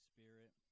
Spirit